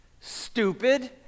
stupid